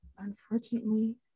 unfortunately